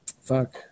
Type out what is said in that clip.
fuck